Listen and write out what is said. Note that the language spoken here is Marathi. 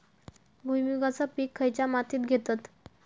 भुईमुगाचा पीक खयच्या मातीत घेतत?